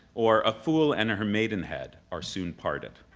or, a fool and her maidenhead are soon parted.